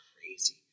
crazy